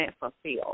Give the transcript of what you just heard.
fulfilled